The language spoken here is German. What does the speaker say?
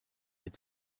mit